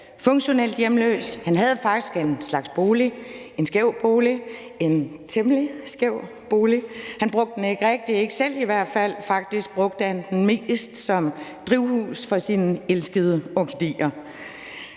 funktionelt hjemløs. Han havde faktisk en slags bolig, en skæv bolig, en temmelig skæv bolig. Han brugte den ikke rigtig, ikke selv i hvert fald. Faktisk brugte han den mest som drivhus for sine elskede orkidéer.